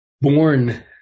born